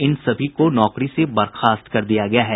इन सभी को नौकरी से बर्खास्त कर दिया गया है